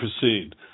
proceed